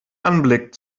anblick